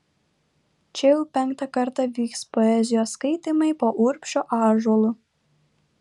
čia jau penktą kartą vyks poezijos skaitymai po urbšio ąžuolu